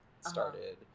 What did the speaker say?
started